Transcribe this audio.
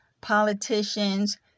politicians